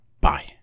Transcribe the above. Bye